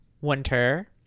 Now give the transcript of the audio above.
winter